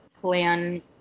plan